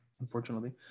unfortunately